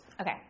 Okay